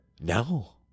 no